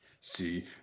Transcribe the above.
See